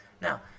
Now